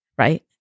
right